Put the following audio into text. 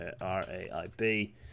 r-a-i-b